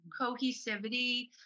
cohesivity